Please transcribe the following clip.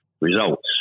results